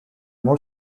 more